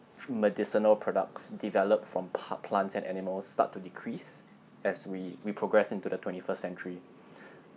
medicinal products developed from po~ plants and animals start to decrease as we we progress into the twenty-first century